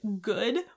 good